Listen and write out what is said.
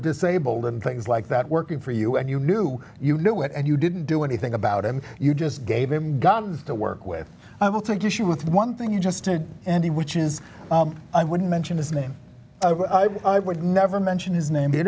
disabled and things like that working for you and you knew you knew it and you didn't do anything about him you just gave him got to work with i will take issue with one thing you just did and which is i wouldn't mention his name i would never mention his name you